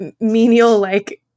menial-like